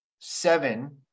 seven